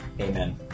Amen